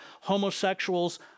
homosexuals